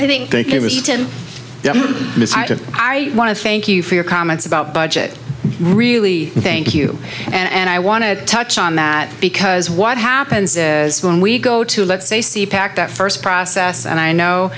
i think it was eaten i want to thank you for your comments about budget really thank you and i want to touch on that because what happens is when we go to let's say see pac that first process and i know